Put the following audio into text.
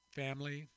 family